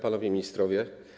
Panowie Ministrowie!